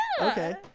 okay